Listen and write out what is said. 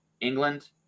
England